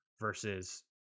versus